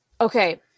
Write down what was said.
Okay